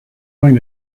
going